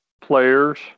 players